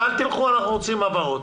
הישיבה ננעלה בשעה 12:10.